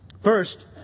First